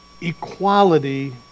equality